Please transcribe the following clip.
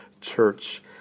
church